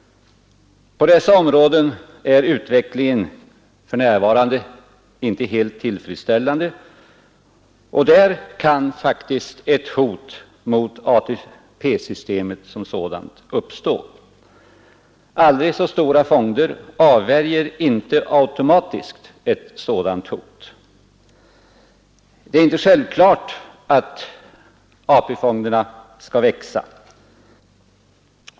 På dessa områden är utvecklingen för närvarande inte helt tillfredsställande, och där kan faktiskt ett hot mot ATP-systemet som sådant uppstå. Aldrig så stora fonder avvärjer inte automatiskt ett sådant hot. Det är inte självklart att ATP-fonderna skall växa.